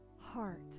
heart